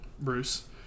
Bruce